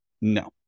No